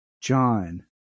John